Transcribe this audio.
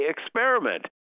experiment